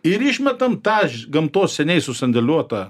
ir išmetam tą ž gamtos seniai susandėliuotą